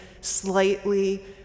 slightly